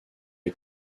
est